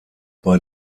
bei